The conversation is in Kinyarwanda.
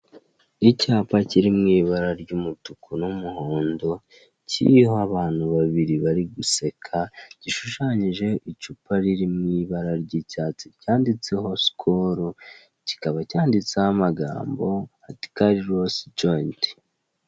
Icyapa kiri mu ibara ry'umutuku n'umuhondo kiriho abantu babiri bari guseka gishushanyijeho icupa riri mu ibara ry'icyatsi cyanditse sikoro kikaba cyanditseho amagambo ati karirosi joyinti.